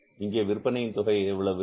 இங்கே விற்பனையின் தொகை எவ்வளவு